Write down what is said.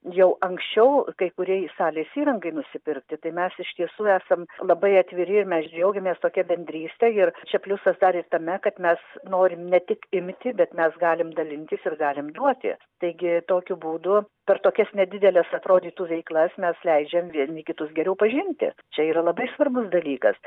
jau anksčiau kai kuriai salės įrangai nusipirkti tai mes iš tiesų esam labai atviri ir mes džiaugiamės tokia bendryste ir čia pliusas dar ir tame kad mes norim ne tik imti bet mes galim dalintis ir galim duoti taigi tokiu būdu per tokias nedideles atrodytų veiklas mes leidžiam vieni kitus geriau pažinti čia yra labai svarbus dalykas